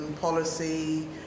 policy